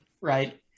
right